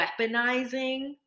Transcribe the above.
weaponizing